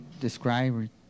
describe